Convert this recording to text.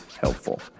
helpful